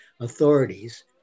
authorities